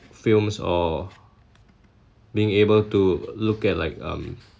films or being able to look at like um